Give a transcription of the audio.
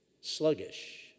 Sluggish